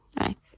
right